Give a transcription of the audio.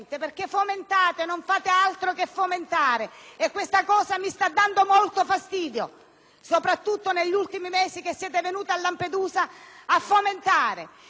soprattutto negli ultimi mesi, in cui siete venuti a Lampedusa a fomentare. Devo dare a qualcuno la responsabilità di tutto quanto è successo.